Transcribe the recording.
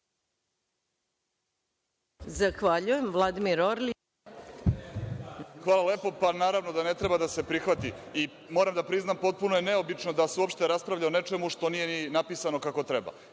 Orlić. **Vladimir Orlić** Hvala lepo. Naravno da ne treba da se prihvati i moram da priznam da je potpuno neobično da se uopšte raspravlja o nečemu što nije ni napisano kako treba.